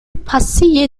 pasie